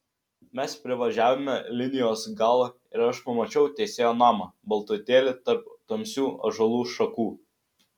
mes privažiavome linijos galą ir aš pamačiau teisėjo namą baltutėlį tarp tamsių ąžuolų šakų